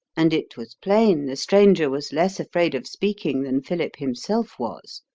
and it was plain the stranger was less afraid of speaking than philip himself was.